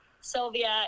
sylvia